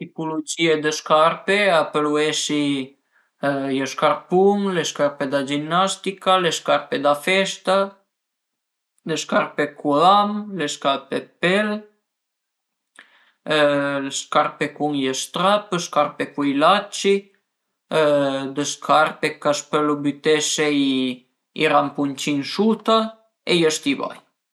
Le tipulugìe dë scarpe a pölu esi i scarpun, le scarpe da ginnastica, le scarpe da festa, le scarpe dë curam, le scarpe dë pel, le scarpe cun i strap, le scarpe cun i lacci, le scarpe ch'a pölu bütese i rampuncin suta e i stivai